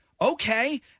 okay